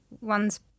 ones